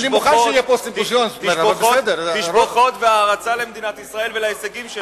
שמעתי תשבחות והערצה למדינת ישראל ולהישגים שלה.